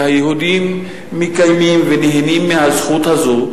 והיהודים מקיימים ונהנים מהזכות הזאת.